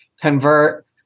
convert